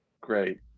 great